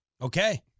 Okay